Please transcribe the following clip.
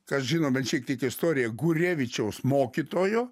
kas žino bent šiek tiek istoriją gurevičiaus mokytojo